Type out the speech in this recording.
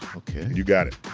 yeah, you got it.